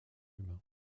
humains